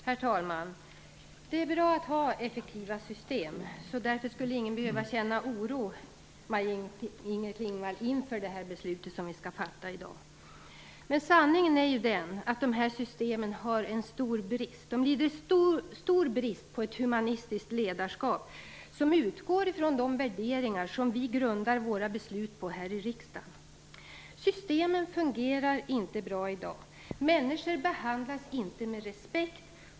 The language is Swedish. Herr talman! Det är bra att ha effektiva system. Mot den bakgrunden skulle ingen behöva känna oro, Maj-Inger Klingvall, inför det beslut som vi i dag skall fatta. Men sanningen är ju den att dessa system har en stor brist. De lider av stor brist på ett humanistiskt ledarskap som utgår från de värderingar som vi grundar våra beslut här i riksdagen på. Systemen fungerar inte bra i dag. Människor behandlas inte med respekt.